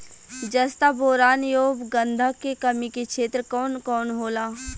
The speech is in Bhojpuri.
जस्ता बोरान ऐब गंधक के कमी के क्षेत्र कौन कौनहोला?